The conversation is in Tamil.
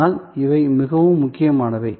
ஆனால் இவை மிகவும் முக்கியமானவை